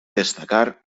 destacar